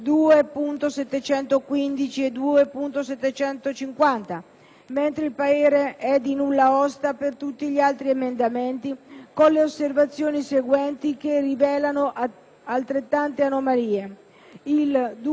mentre il parere è di nulla osta su tutti gli altri emendamenti con le osservazioni seguenti che rilevano altrettante anomalie: il 2.521, il 2.523